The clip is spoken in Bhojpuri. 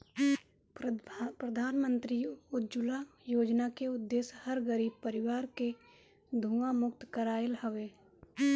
प्रधानमंत्री उज्ज्वला योजना के उद्देश्य हर गरीब परिवार के धुंआ मुक्त कईल हवे